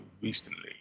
recently